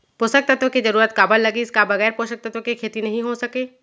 पोसक तत्व के जरूरत काबर लगिस, का बगैर पोसक तत्व के खेती नही हो सके?